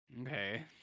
okay